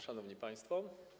Szanowni Państwo!